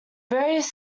various